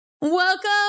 Welcome